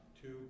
Two